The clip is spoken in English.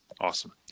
Awesome